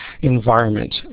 environment